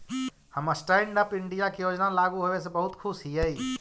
हम stand up India के योजना लागू होबे से बहुत खुश हिअई